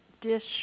dish